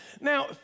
Now